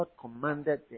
commanded